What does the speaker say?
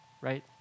right